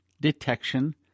detection